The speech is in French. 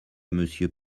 monsieur